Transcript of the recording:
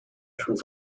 rhwng